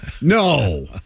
No